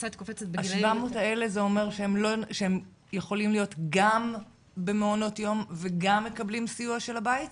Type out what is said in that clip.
ה-700 האלה זה אומר שהם יכולים גם במעונות יום וגם מקבלים סיוע של הבית,